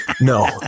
No